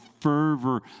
fervor